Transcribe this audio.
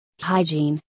hygiene